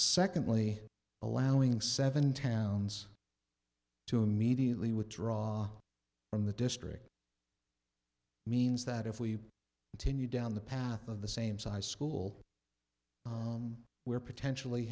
secondly allowing seven towns to immediately withdraw from the district means that if we continue down the path of the same size school we're potentially